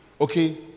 Okay